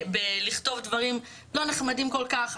בלכתוב דברים לא נחמדים כל כך.